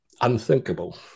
unthinkable